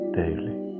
daily